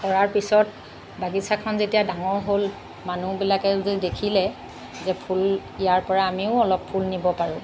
কৰাৰ পিছত বাগিচাখন যেতিয়া ডাঙৰ হ'ল মানুহবিলাকে যে দেখিলে যে ফুল ইয়াৰ পৰা আমিও অলপ ফুল নিব পাৰোঁ